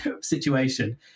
situation